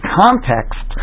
context